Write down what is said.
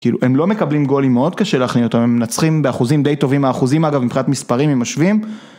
כאילו הם לא מקבלים גולים, מאוד קשה להכניע אותם, הם מנצחים באחוזים די טובים, האחוזים אגב מבחינת מספרים הם משווים.